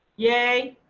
yay.